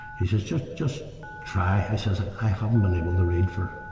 he says, just, just try. i says, i haven't been able to read for,